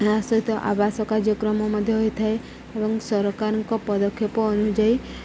ଏହା ସହିତ ଆବାସ କାର୍ଯ୍ୟକ୍ରମ ମଧ୍ୟ ହୋଇଥାଏ ଏବଂ ସରକାରଙ୍କ ପଦକ୍ଷେପ ଅନୁଯାୟୀ